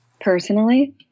Personally